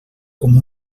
com